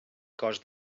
cos